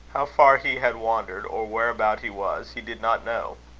how far he had wandered, or whereabout he was, he did not know.